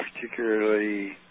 particularly